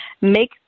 make